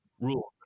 rule